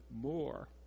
more